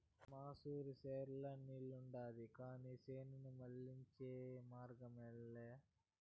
మనూరి చెర్లో నీరుండాది కానీ చేనుకు మళ్ళించే మార్గమేలే